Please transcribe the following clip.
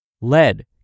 Lead